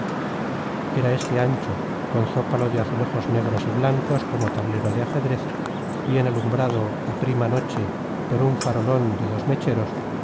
era éste ancho con zócalo de azulejos negros y blancos como tablero de ajedrez bien alumbrado a prima noche por un farolón de dos mecheros